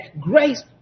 grace